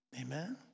Amen